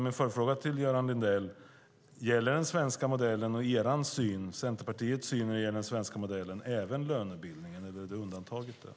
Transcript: Min följdfråga till Göran Lindell är: Gäller Centerpartiets syn på den svenska modellen även lönebildningen, eller är den undantagen?